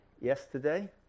yesterday